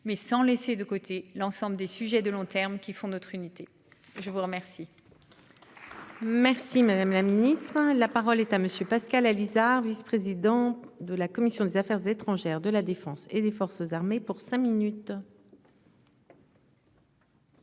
mais sans laisser de côté l'ensemble des sujets de long terme qui font notre unité, je vous remercie. Merci madame la ministre, hein. La parole est à monsieur Pascal Alizart vice-président de la commission des Affaires étrangères de la Défense et des forces armées pour cinq minutes.--